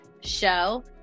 show